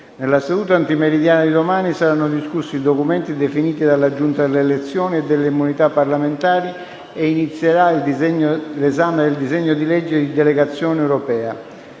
Nella seduta antimeridiana di domani saranno discussi i documenti definiti dalla Giunta delle elezioni e delle immunità parlamentari e inizierà l'esame del disegno di legge di delegazione europea.